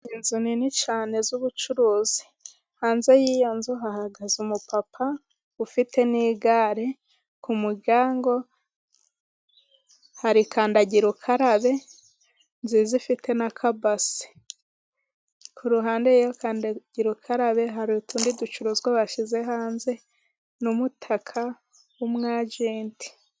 Inzu nini cyane z'ubucuruzi, hanze y'iyo nzu hahagaze umupapa ufite n'igare, ku muryango hari kandagirukarabe nziza ifite n'akabase, ku ruhande rw'iyo kandagirukarabe hari utundi ducuruzwa bashyize hanze n'umutaka w'umwajenti.